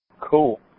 Cool